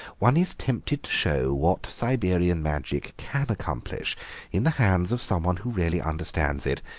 one is tempted to show what siberian magic can accomplish in the hands of someone who really understands it.